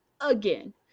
again